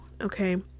okay